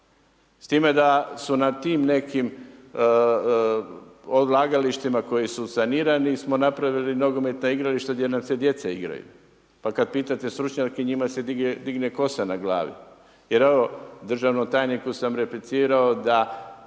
S time da su na tim nekim odlagalištima koji su sanirani smo napravili nogometna igrališta gdje nam se djeca igraju. Pa kada pitate stručnjake njima se digne kosa na glavi. Jer evo, državnom tajniku sam replicirao da